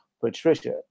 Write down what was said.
patricia